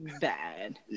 Bad